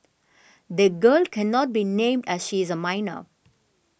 the girl cannot be named as she is a minor